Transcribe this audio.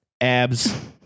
abs